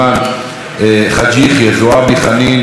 מסעוד גנאים,